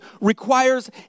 requires